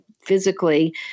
physically